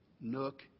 nook